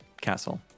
Castle